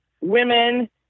women